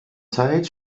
zeit